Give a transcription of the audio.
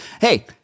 Hey